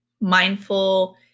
mindful